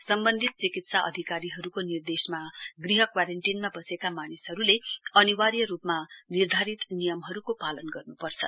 सम्वन्धित चिकित्सा अधिकारीहरूको निर्देसमा गृह क्वारेन्टीनमा बसेका मानिसहरूले अनिवार्य रूपमा निर्धारित नियमहरूको पालन गर्न्पर्छ